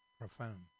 profound